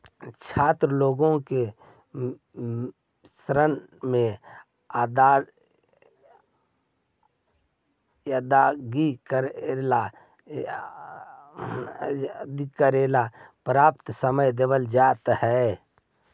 छात्र लोग के ऋण के अदायगी करेला पर्याप्त समय देल जा हई